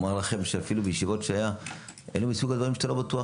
אלה מסוג הדברים שאתה לא בטוח,